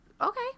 Okay